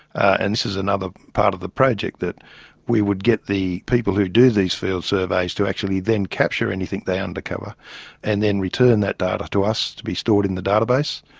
and this is another part of the project, that we would get the people who do these field surveys to actually then capture anything they and uncover, and then return that data to us to be stored in the database,